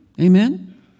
Amen